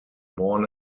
born